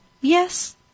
Yes